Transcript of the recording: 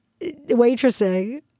waitressing